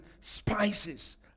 spices